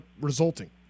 resulting